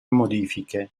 modifiche